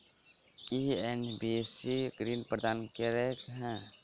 की NBFC ऋण प्रदान करे है?